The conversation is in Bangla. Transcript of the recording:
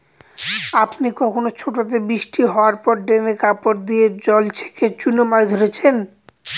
আপনি কখনও ছোটোতে বৃষ্টি হাওয়ার পর ড্রেনে কাপড় দিয়ে জল ছেঁকে চুনো মাছ ধরেছেন?